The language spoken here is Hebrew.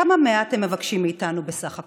כמה מעט הם מבקשים מאיתנו בסך הכול: